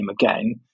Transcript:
again